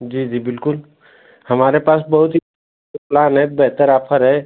जी जी बिल्कुल हमारे पास बहुत ही प्लान है बेहतर आफर है